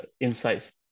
insights